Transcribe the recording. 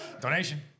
Donation